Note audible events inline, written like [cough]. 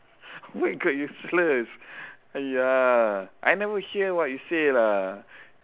where got useless [laughs] !aiya! I never hear what you say lah